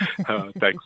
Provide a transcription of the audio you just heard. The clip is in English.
Thanks